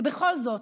ובכל זאת,